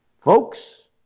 Folks